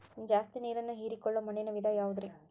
ಜಾಸ್ತಿ ನೇರನ್ನ ಹೇರಿಕೊಳ್ಳೊ ಮಣ್ಣಿನ ವಿಧ ಯಾವುದುರಿ?